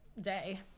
day